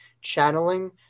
channeling